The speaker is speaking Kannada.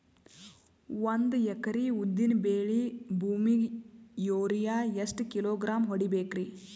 ಒಂದ್ ಎಕರಿ ಉದ್ದಿನ ಬೇಳಿ ಭೂಮಿಗ ಯೋರಿಯ ಎಷ್ಟ ಕಿಲೋಗ್ರಾಂ ಹೊಡೀಬೇಕ್ರಿ?